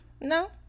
No